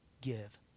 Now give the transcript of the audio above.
give